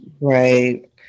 Right